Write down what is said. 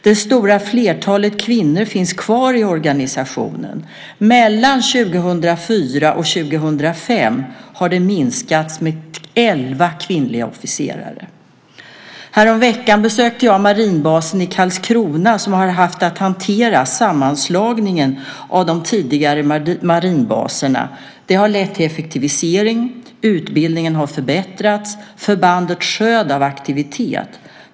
Det stora flertalet kvinnor finns kvar i organisationen. Mellan 2004 och 2005 har det minskats med elva kvinnliga officerare. Häromveckan besökte jag Marinbasen i Karlskrona som har haft att hantera sammanslagningen av de tidigare marinbaserna. Det har lett till effektivisering. Utbildningen har förbättrats. Förbandet sjöd av aktivitet.